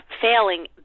failing